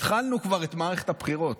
התחלנו כבר את מערכת הבחירות.